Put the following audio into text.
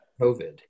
COVID